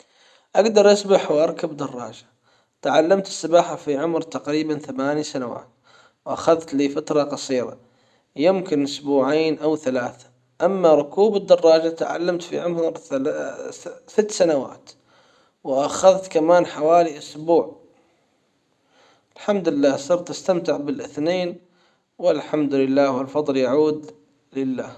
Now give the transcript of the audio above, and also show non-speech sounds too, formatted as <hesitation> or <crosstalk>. اجدر أسبح وأركب دراجة تعلمت السباحة في عمر تقريبًا ثماني سنوات واخذت لي فترة قصيرة يمكن اسبوعين او ثلاثة اما ركوب الدراجة تعلمت في عمر <hesitation> ست سنوات واخذت كمان حوالي اسبوع الحمد لله صرت استمتع بالاثنين والحمد لله والفضل يعود لله.